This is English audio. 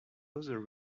other